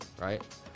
right